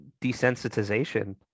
desensitization